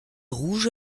rouge